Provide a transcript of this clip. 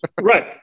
right